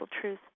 truth